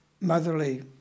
motherly